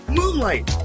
moonlight